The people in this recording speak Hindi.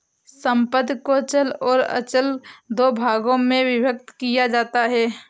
संपत्ति को चल और अचल दो भागों में विभक्त किया जाता है